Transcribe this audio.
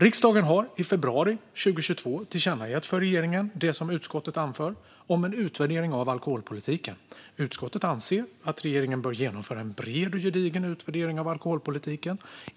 Riksdagen tillkännagav i februari 2022 för regeringen det socialutskottet anfört om en utvärdering av alkoholpolitiken. Utskottet ansåg att regeringen borde genomföra en bred och gedigen utvärdering av alkoholpolitiken.